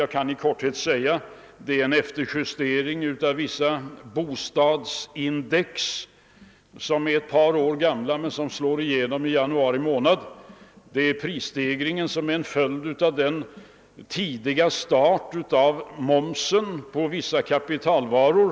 Jag vill bara i korthet påpeka att en orsak är en efterjustering av vissa bostadsindex som är ett par år gamla men som slog igenom i januari månad. Vidare har vi fått en prisstegring som följd av att moms höjningen trädde i kraft tidigare för vissa kapitalvaror.